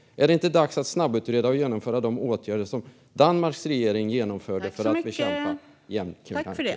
Är det inte dags att snabbutreda och genomföra samma åtgärder som Danmarks regering genomförde för att bekämpa gängkriminalitet?